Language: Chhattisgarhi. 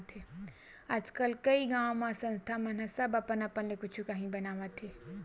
आजकल कइ गाँव म संस्था मन ह सब अपन अपन ले कुछु काही बनावत हे